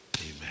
amen